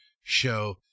show